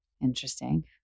Interesting